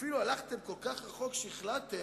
אפילו הלכתם כל כך רחוק שהחלטתם